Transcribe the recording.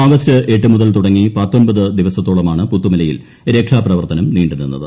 August എട്ട് മുതൽ തുടങ്ങി പത്തൊമ്പത് ദിവസത്തോളമാണ് പുത്തുമലയിൽ രക്ഷാപ്രവർത്തനം നീണ്ടു നിന്നത്